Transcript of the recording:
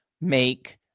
make